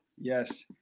Yes